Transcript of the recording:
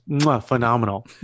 phenomenal